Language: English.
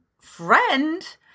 friend